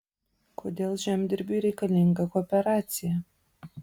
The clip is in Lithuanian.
kodėl žemdirbiui reikalinga kooperacija